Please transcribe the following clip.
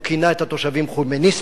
והוא כינה את התושבים "חומייניסטים".